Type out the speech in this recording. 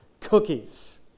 cookies